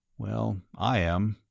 well, i am,